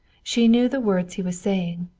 she knew the words he was saying,